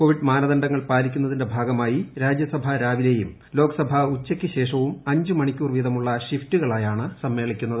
Covid മാനദണ്ഡങ്ങൾ പാലിക്കുന്നതിന്റെ ഭാഗമായി രാജ്യസഭൂ രാവിലെയും ലോക്സഭ ഉച്ചയ്ക്ക്ശേഷവും അഞ്ച് മണിക്കൂർ വ്വീതിമുള്ള ഷിഫ്റ്റുകളായാണ് സമ്മേളിക്കുന്നത്